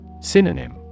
Synonym